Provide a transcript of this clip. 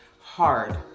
hard